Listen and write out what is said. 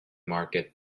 market